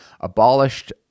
abolished